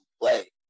play